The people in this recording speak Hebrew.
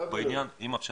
ואם אני